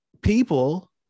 people